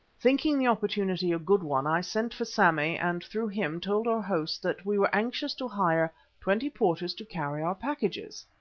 thinking the opportunity a good one, i sent for sammy, and through him told our host that we were anxious to hire twenty porters to carry our packages.